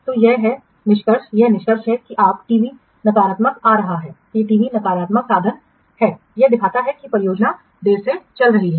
तो यह है निष्कर्ष यह निष्कर्ष है कि आपका टीवी नकारात्मक आ रहा है और टीवी नकारात्मक साधन है यह दिखाता है कि परियोजना देर से चल रही है